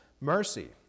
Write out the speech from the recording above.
mercy